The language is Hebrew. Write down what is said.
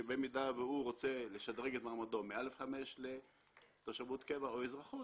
שבמידה שהוא רוצה לשדרג את מעמדו מ-א'5 לתושבות קבע או אזרחות,